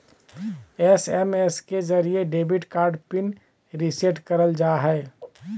SMS के जरिये debit card PIN reset करल जा हय